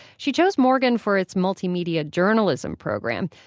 she chose morgan for its multimedia journalism program.